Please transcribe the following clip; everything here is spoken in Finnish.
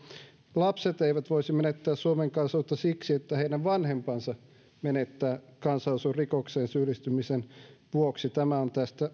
lapset eivät voisi menettää suomen kansalaisuutta siksi että heidän vanhempansa menettävät kansalaisuuden rikokseen syyllistymisen vuoksi myös tämä on tästä